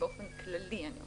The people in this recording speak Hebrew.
באופן כללי, אני אומרת.